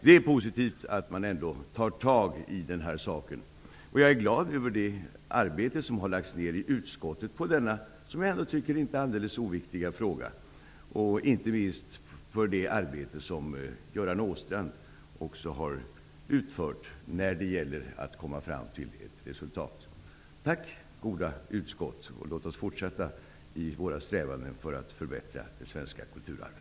Det är positivt att man tar tag i den här saken, och jag är glad över det arbete som utskottet har lagt ned på denna enligt min mening inte alldeles oviktiga fråga och inte minst för det arbete som Göran Åstrand har gjort för att komma fram till ett resultat. Tack, goda utskott! Låt oss fortsätta i våra strävanden att bevara det svenska kulturarvet.